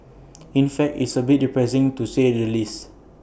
in fact it's A bit depressing to say the least